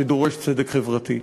שדורש צדק חברתי.